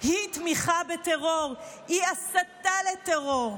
היא תמיכה בטרור היא הסתה לטרור,